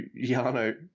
Yano